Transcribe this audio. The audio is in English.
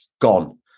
gone